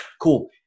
cool